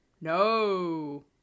No